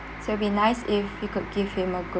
so it will be nice if we could give him a good